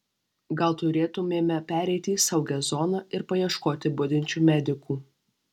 gal turėtumėme pereiti į saugią zoną ir paieškoti budinčių medikų